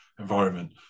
environment